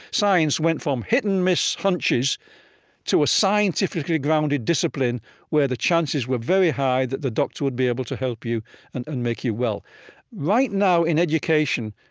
science went from hit-and-miss hunches to a scientifically grounded discipline where the chances were very high that the doctor would be able to help you and and make you well right now, in education,